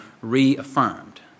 reaffirmed